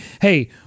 hey